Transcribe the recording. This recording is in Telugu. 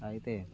అయితే